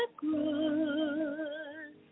good